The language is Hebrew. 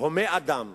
הומה אדם,